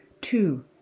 two